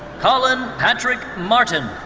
colin patrick martin.